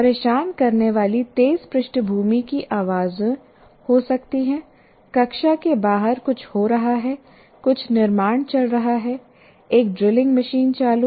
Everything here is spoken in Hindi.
परेशान करने वाली तेज़ पृष्ठभूमि की आवाज़ें हो सकती हैं कक्षा के बाहर कुछ हो रहा है कुछ निर्माण चल रहा है एक ड्रिलिंग मशीन चालू है